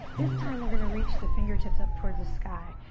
this time we're gonna reach the fingertips up towards the sky.